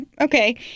okay